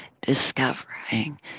discovering